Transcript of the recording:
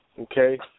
okay